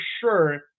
sure